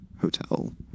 hotel